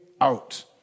out